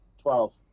Twelve